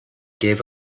gave